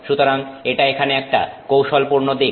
সুতরাং এটা এখানে একটা কৌশলপূর্ণ দিক